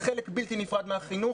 זה חלק בלתי נפרד מהחינוך